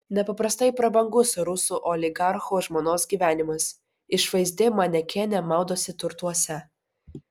nepaprastai prabangus rusų oligarcho žmonos gyvenimas išvaizdi manekenė maudosi turtuose